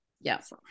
Yes